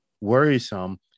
worrisome